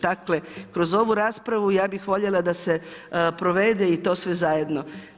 Dakle kroz ovu raspravu ja bih voljela da se provede i to sve zajedno.